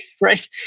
right